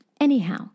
Anyhow